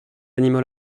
animaux